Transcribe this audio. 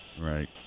Right